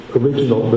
original